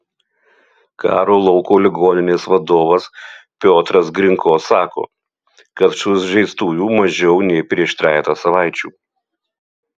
karo lauko ligoninės vadovas piotras grinko sako kad sužeistųjų mažiau nei prieš trejetą savaičių